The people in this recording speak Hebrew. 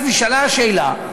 אז נשאלה השאלה: